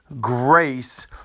grace